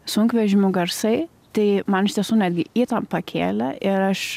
sunkvežimių garsai tai man iš tiesų netgi įtampą kėlė ir aš